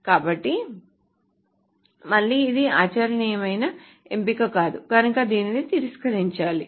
కాబట్టి మళ్ళీ ఇది ఆచరణీయమైన ఎంపిక కాదు కనుక దీనిని తిరస్కరించాలి